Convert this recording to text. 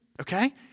okay